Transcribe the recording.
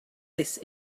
this